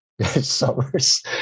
summers